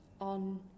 on